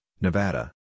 Nevada